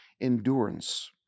endurance